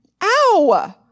ow